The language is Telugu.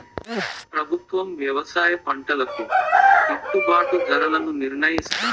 ప్రభుత్వం వ్యవసాయ పంటలకు గిట్టుభాటు ధరలను నిర్ణయిస్తాది